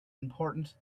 important